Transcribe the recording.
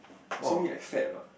you see me like fat or not